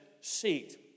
seat